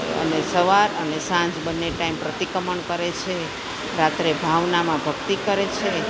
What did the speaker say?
અને સવાર અને સાંજ બંને ટાઈમ પ્રતિક્રમણ કરે છે રાત્રે ભાવનામાં ભક્તિ કરે છે